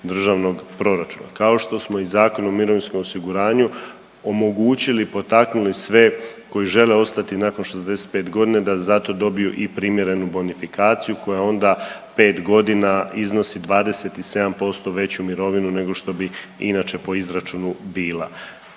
državnog proračuna. Kao što sto i Zakonom o mirovinskom osiguranju omogućili, potaknuli sve koji žele ostati nakon 65 godine da za to dobiju i primjerenu bonifikaciju koja onda 5 godina iznosi 27% veću mirovinu nego što bi inače po izračunu bila.